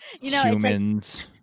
Humans